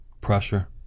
Pressure